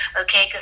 okay